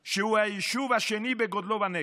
שהוא היישוב השני בגודלו בנגב,